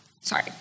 Sorry